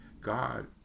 God